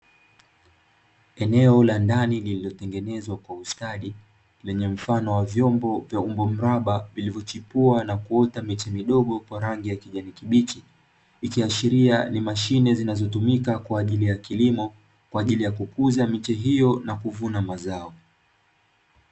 Eneo la ndani lililotengenezwa kwa ustadi lenye mfano wa vyombo vya umbo mraba vilivyochipuwa na kuota miche midogo kwa rangi ya kijani kibichi. Ikiashiria ni mashine zinazotumika kwa ajili ya kilimo, kwa ajili ya kukuza miche hio na kuvuna mazao.